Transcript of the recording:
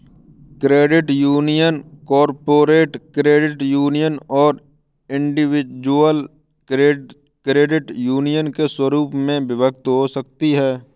credit union corporate credit union और individual credit union के रूप में विभक्त हो सकती हैं